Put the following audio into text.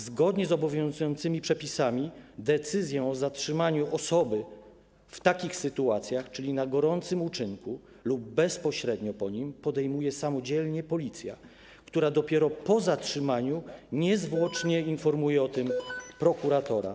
Zgodnie z obowiązującymi przepisami decyzję o zatrzymaniu osoby w takich sytuacjach, czyli na gorącym uczynku lub bezpośrednio po nim, podejmuje samodzielnie Policja, która dopiero po zatrzymaniu niezwłocznie informuje o tym prokuratora.